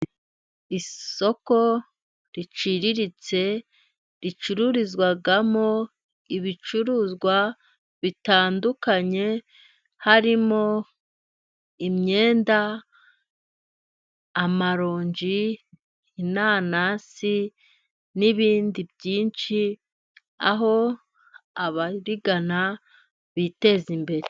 Isoko riciriritse ricururizwamo ibicuruzwa bitandukanye harimo: imyenda, amaronji, inanasi, n'ibindi byinshi aho abarigana biteza imbere.